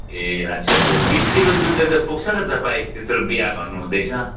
ए अच्छा अच्छा बिस किलो दुधले त पुग्छ के त पायस त्यत्रो बिहा भन्नुहुँदैछ